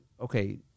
okay